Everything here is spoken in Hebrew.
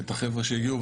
את החבר'ה שהגיעו.